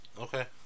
Okay